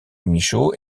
michaud